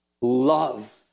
Love